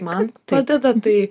man padeda tai